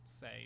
say